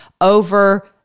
over